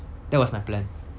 that was my plan